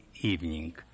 evening